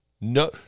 no